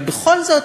אבל בכל זאת